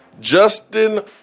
Justin